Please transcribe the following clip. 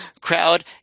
crowd